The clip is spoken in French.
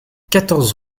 quatorze